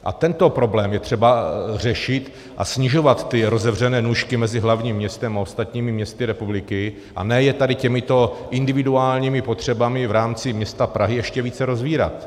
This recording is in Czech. A tento problém je třeba řešit a snižovat ty rozevřené nůžky mezi hlavním městem a ostatními městy republiky, a ne je tady těmito individuálními potřebami v rámci města Prahy ještě více rozevírat.